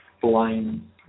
blind